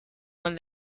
man